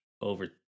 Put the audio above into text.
over